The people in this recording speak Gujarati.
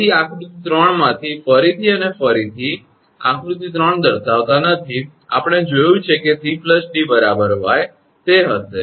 તેથી આકૃતિ 3 માંથી ફરીથી અને ફરીથી આકૃતિ 3 દર્શાવતા નથી આપણે જાણ્યું છે કે 𝑐 𝑑 𝑦 તે હશે